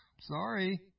Sorry